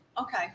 Okay